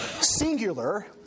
singular